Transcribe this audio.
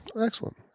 Excellent